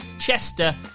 Chester